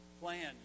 plan